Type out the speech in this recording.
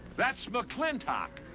that's mclintock.